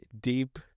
deep